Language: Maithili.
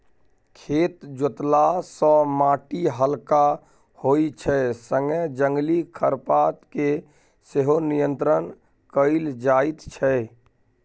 खेत जोतला सँ माटि हलका होइ छै संगे जंगली खरपात केँ सेहो नियंत्रण कएल जाइत छै